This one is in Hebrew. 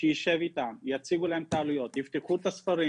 שיישב איתם ויציגו להם את העלויות ויבדקו את הספרים